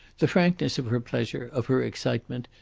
the frankness of her pleasure of her excitement,